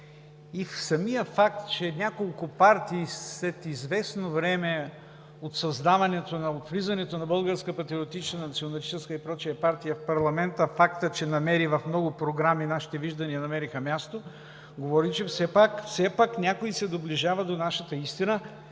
Самият факт, че няколко партии след известно време от създаването, от влизането на българска патриотична, националистическа и прочее партия в парламента, фактът, че в много програми нашите виждания намериха място, говори, че все пак някой се доближава до нашата истина.